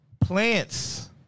Plants